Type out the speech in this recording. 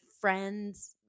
friends